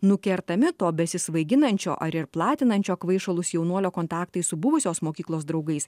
nukertami to besisvaiginančio ar ir platinančio kvaišalus jaunuolio kontaktai su buvusios mokyklos draugais